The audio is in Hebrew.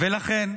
ולכן,